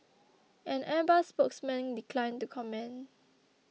an Airbus spokesman declined to comment